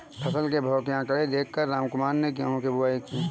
फसल के भाव के आंकड़े देख कर रामकुमार ने गेहूं की बुवाई की